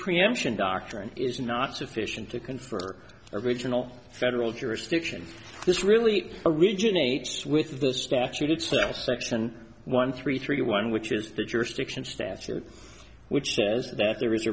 preemption doctrine is not sufficient to confer original federal jurisdiction this really originates with the statute it services section one three three one which is the jurisdiction statute which says that there